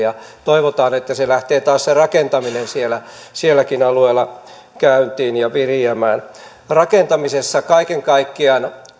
ja toivotaan että se rakentaminen lähtee sielläkin alueella taas käyntiin ja viriämään rakentamisessa kaiken kaikkiaan